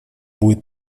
будет